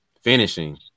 Finishing